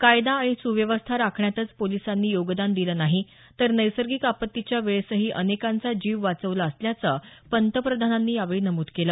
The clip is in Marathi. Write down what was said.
कायदा आणि सुव्यवस्था राखण्यातच पोलिसांनी योगदान दिलं नाही तर नैसर्गिक आपत्तीच्या वेळेसही अनेकांचा जीव वाचवला असल्याचं पंतप्रधानांनी नमूद केलं